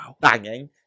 banging